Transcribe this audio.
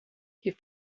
que